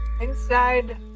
inside